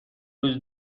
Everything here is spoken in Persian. روز